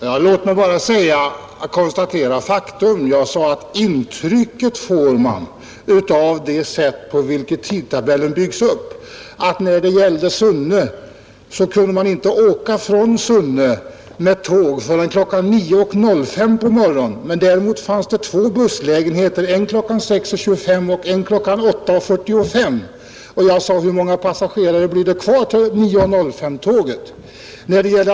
Herr talman! Låt mig bara konstatera faktum! Jag sade att man får det intrycket av det sätt på vilket tidtabellen byggs upp — att SJ vill urholka trafikunderlaget på den aktuella bandelen. Från Sunne kan man alltså inte åka med tåg förrän kl. 9.05, medan det däremot finns två busslägenheter, en kl. 6.25 och en kl. 8.45. Jag frågade, hur många passagerare det blir kvar till tåget kl. 9.05.